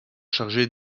chargée